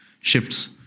shifts